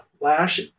lash